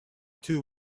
two